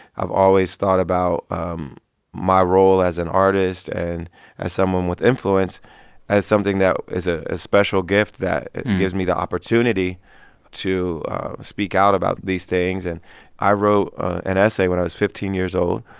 i've always thought about um my role as an artist and as someone with influence as something that is ah a special gift that gives me the opportunity to speak out about these things. and i wrote an essay when i was fifteen years old.